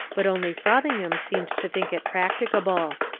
but only frothingham seemed to think it practicable.